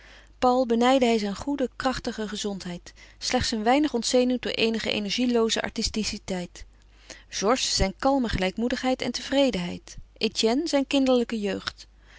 paul benijdde hij zijn goede krachtige gezondheid slechts een weinig ontzenuwd door eenige energielooze artisticiteit georges zijn kalme gelijkmoedigheid en tevredenheid etienne zijn kinderlijke jeugd